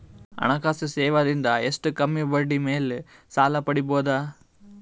ಹಣಕಾಸು ಸೇವಾ ದಿಂದ ಎಷ್ಟ ಕಮ್ಮಿಬಡ್ಡಿ ಮೇಲ್ ಸಾಲ ಪಡಿಬೋದ?